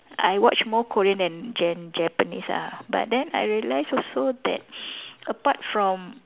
I watch more Korean than Jan~ Japanese ah but then I realise also that apart from